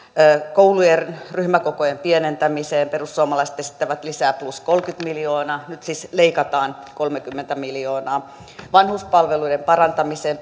koulujen ryhmäkokojen pienentämiseen perussuomalaiset esittävät lisää plus kolmekymmentä miljoonaa nyt siis leikataan kolmekymmentä miljoonaa vanhuspalveluiden parantamiseen